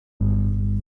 n’iyi